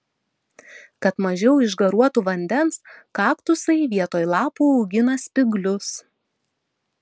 kad mažiau išgaruotų vandens kaktusai vietoj lapų augina spyglius